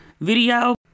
video